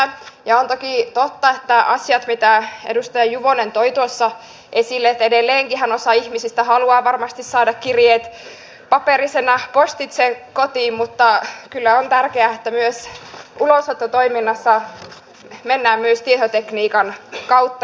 ovat toki totta ne asiat mitä edustaja juvonen toi tuossa esille että edelleenkinhän osa ihmisistä haluaa varmasti saada kirjeet paperisena postitse kotiin mutta kyllä on tärkeää että myös ulosottotoiminnassa mennään myös tietotekniikan kautta